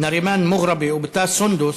נארימאן מוגרבי ובתה סונדוס,